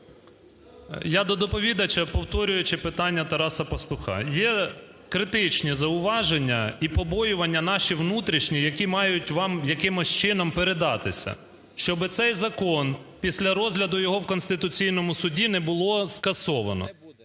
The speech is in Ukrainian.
Я до доповідача, повторюючи питання Тараса Пастуха. Є критичні зауваження і побоювання наші внутрішні, які мають вам якимось чином передатися. Щоб цей закон після розгляду його в Конституційному Суді не було скасовано.